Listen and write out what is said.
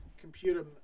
computer